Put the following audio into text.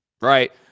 Right